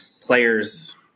players